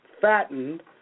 fattened